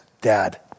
dad